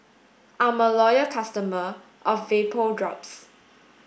I'm a loyal customer of Vapodrops